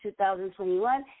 2021